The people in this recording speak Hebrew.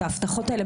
את ההבטחות האלה,